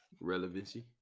Relevancy